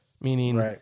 meaning